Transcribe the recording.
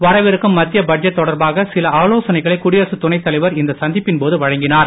வரவிருக்கும் மத்திய பட்ஜெட் தொடர்பாக சில ஆலோசனைகளை குடியரசுத் துணைத் தலைவர் இந்த சந்திப்பின் போது வழங்கினார்